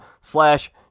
slash